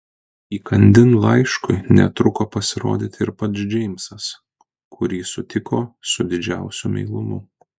įkandin laiškui netruko pasirodyti ir pats džeimsas kurį sutiko su didžiausiu meilumu